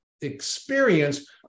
experience